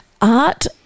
art